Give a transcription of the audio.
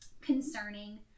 concerning